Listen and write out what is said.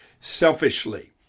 selfishly